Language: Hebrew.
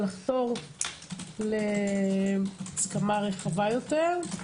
אבל לחתור להסכמה רחבה יותר.